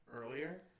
earlier